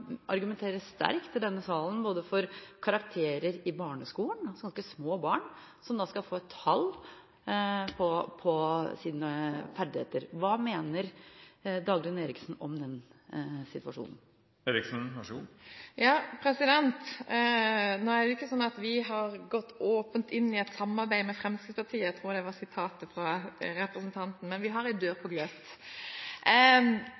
argumenterer sterkt i denne salen for karakterer i barneskolen, at ganske små barn skal få et tall på sine ferdigheter. Hva mener Dagrun Eriksen om den situasjonen? Nå er det jo ikke sånn at vi har gått åpent inn i et samarbeid med Fremskrittspartiet, men vi har en dør på gløtt. Karakterer i barneskolen synes vi